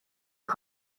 est